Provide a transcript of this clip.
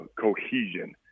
cohesion